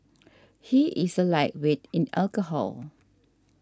he is a lightweight in alcohol